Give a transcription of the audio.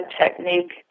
technique